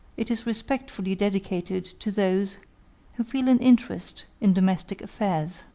it is respectfully dedicated to those who feel an interest in domestic affairs.